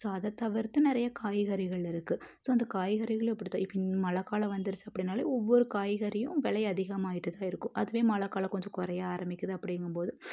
so அதை தவிர்த்து நிறைய காய்கறிகள் இருக்குது ஸோ அந்த காய்கறிகளும் இப்படிதான் இப்போ மழை காலம் வந்துடுச்சி அப்டினால் ஒவ்வொரு காய்கறியும் விலை அதிகமாயிட்டுதான் இருக்கும் அதுவே மழை காலம் கொஞ்சம் குறைய ஆரம்பிக்கிது அப்படிங்கும்போது